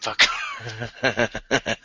Fuck